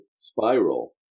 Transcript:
spiral